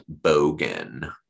bogan